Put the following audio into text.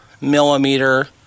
millimeter